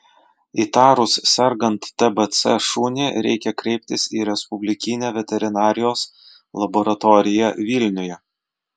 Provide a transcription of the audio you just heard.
įtarus sergant tbc šunį reikia kreiptis į respublikinę veterinarijos laboratoriją vilniuje